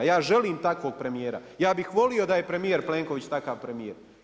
Ja želim takvog premijera, ja bih volio da je premijer Plenković takav premijer.